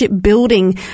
Building